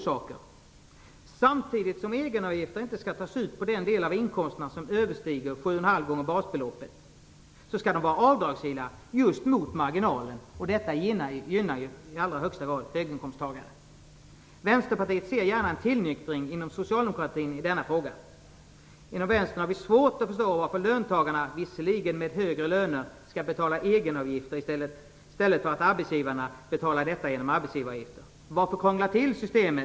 Samtidigt som egenavgifter inte skall tas ut på den del av inkomsten som överstiger 7,5 gånger basbeloppet, skall de vara avdragsgilla mot marginalen. Detta gynnar i allra högsta grad höginkomsttagare. Vänsterpartiet ser gärna en tillnyktring inom socialdemokratin i denna fråga. Inom Vänstern har vi svårt att förstå varför löntagarna, visserligen de med högre löner, skall betala egenavgifter, i stället för att arbetsgivarna betalar in dessa avgifter via arbetsgivaravgifterna. Varför krångla till systemet?